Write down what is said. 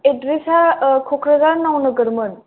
एडड्रेसा Kokrajhar नौनोगोरमोन